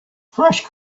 fresh